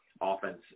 offense